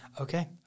Okay